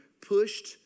pushed